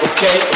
Okay